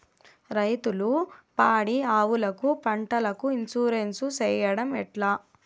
రైతులు పాడి ఆవులకు, పంటలకు, ఇన్సూరెన్సు సేయడం ఎట్లా?